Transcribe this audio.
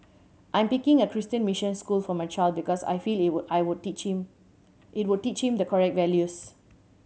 I'm picking a Christian mission school for my child because I feel it will I would teach him it will teach him the correct values